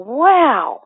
wow